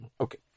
Okay